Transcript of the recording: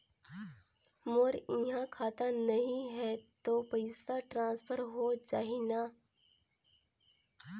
मोर इहां खाता नहीं है तो पइसा ट्रांसफर हो जाही न?